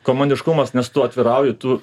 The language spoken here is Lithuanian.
komandiškumas nes tu atvirauji tu